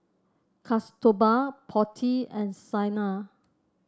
Kasturba Potti and Saina